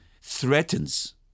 threatens